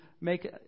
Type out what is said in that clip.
make